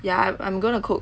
ya I'm I'm gonna cook